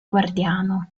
guardiano